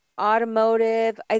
automotive